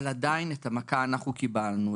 אבל עדיין את המכה אנחנו קיבלנו,